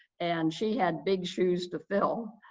and she had big shoes to fill,